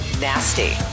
nasty